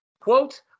Quote